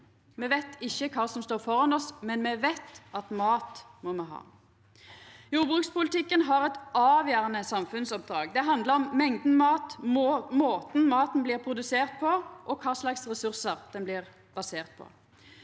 Me veit ikkje kva som står framfor oss, men me veit at mat må me ha. Jordbrukspolitikken har eit avgjerande samfunnsoppdrag. Det handlar om mengda mat, måten maten blir produsert på, og kva slags ressursar han blir basert på.